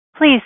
Please